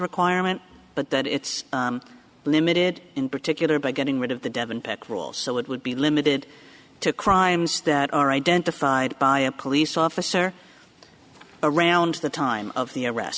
requirement but that it's limited in particular by getting rid of the devon pectoral so it would be limited to crimes that are identified by a police officer around the time of the